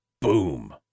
boom